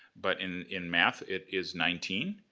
but in in math, it is nineteen,